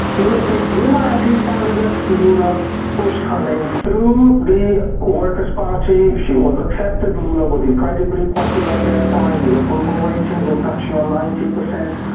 lula picked dilma as ah his candidate, lula pushed her name through the workers party, she was accepted. lula was incredibly popular at that time, his approval ratings were touching on ninety percent.